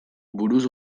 buruz